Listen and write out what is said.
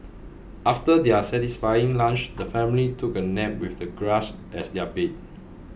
after their satisfying lunch the family took a nap with the grass as their bed